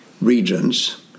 regions